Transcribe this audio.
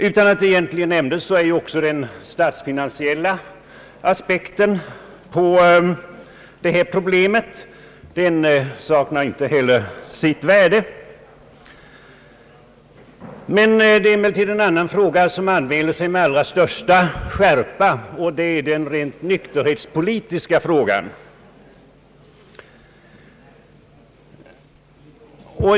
Ehuru det egentligen inte har nämnts, saknar inte heller den statsfinansiella aspekten betydelse i det här sammanhanget. En annan aspekt som anmäler sig med största skärpa är den rent nykterhetspolitiska.